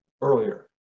earlier